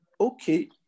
okay